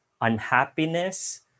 unhappiness